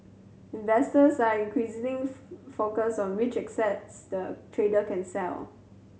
investors are increasingly focused on which assets the trader can sell